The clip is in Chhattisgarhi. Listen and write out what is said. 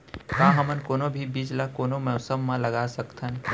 का हमन कोनो भी बीज ला कोनो मौसम म लगा सकथन?